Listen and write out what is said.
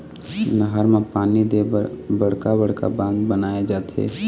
नहर म पानी दे बर बड़का बड़का बांध बनाए जाथे